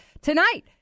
tonight